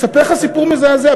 אספר לך סיפור מזעזע.